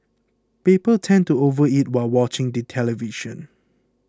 people tend to overeat while watching the television